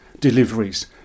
deliveries